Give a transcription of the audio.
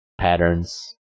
patterns